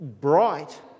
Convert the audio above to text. bright